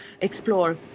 explore